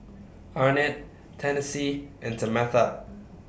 Arnett Tennessee and Tamatha